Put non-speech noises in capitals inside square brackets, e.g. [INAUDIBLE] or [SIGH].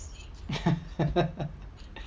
[LAUGHS]